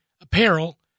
apparel